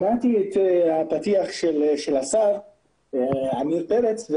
שמעתי את הפתיח של השר עמיר פרץ.